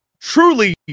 truly